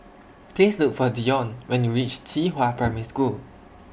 Please Look For Dion when YOU REACH Qihua Primary School